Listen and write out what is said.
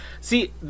See